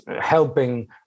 helping